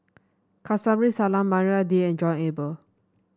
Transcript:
Kamsari Salam Maria Dyer and John Eber